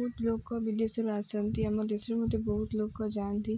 ବହୁତ ଲୋକ ବିଦେଶରୁ ଆସନ୍ତି ଆମ ଦେଶରେ ମଧ୍ୟ ବହୁତ ଲୋକ ଯାଆନ୍ତି